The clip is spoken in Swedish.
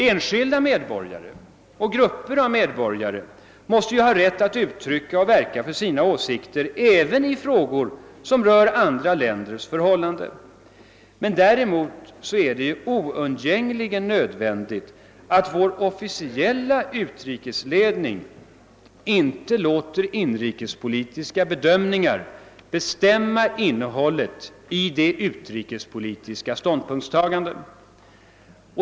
Enskilda medborgare och grupper av medborgare måste ha rätt att uttrycka och verka för sina åsikter även i frågor som rör andra länders förhållanden. Däremot är det oundgängligen nödvändigt att vår officiella utrikesledning inte låter inrikespolitiska bedömningar bestämma innehållet i utrikespolitiska ståndpunktstaganden.